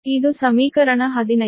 ಇದು ಸಮೀಕರಣ 15